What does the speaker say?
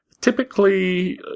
typically